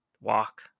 walk